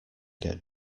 get